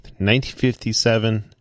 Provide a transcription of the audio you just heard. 1957